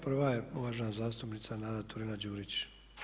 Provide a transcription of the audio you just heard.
Prva je uvažena zastupnica Nada Turina-Đurić.